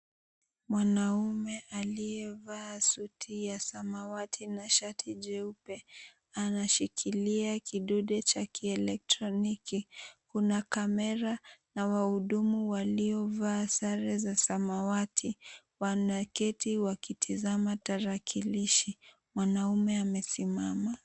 Mwanaume aliyevalia suti ya samawati na shati jeupe anashikilia kidude cha kielektroniki. Kuna kamera na wahudumu waliovaa sare za samawati wanaketi na kutazama tarakilishi, mwanaume amesimama.